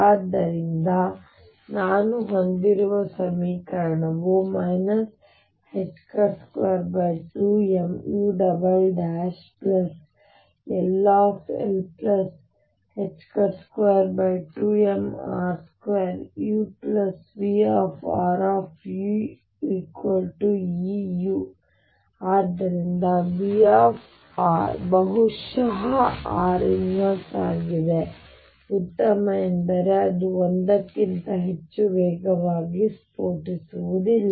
ಆದ್ದರಿಂದ ನಾನು ಹೊಂದಿರುವ ಸಮೀಕರಣವು 22mull122mr2uVruEu ಆದ್ದರಿಂದ Vr ಬಹುಶಃ r l ಆಗಿದೆ ಉತ್ತಮ ಎಂದರೆ ಅದು 1 ಕ್ಕಿಂತ ಹೆಚ್ಚು ವೇಗವಾಗಿ ಸ್ಫೋಟಿಸುವುದಿಲ್ಲ